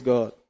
God